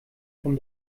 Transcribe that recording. vom